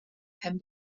pen